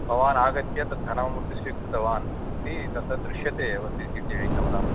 भवान् आगत्य तत् धनमपि स्वीकृतवान् इति तत् तत् दृश्यते एव C C T V camera म्